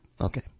Okay